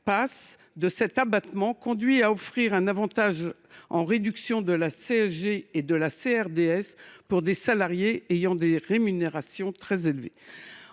Pass de cet abattement conduit à offrir un avantage en réduction de la CSG et de la CRDS à des salariés ayant des rémunérations élevées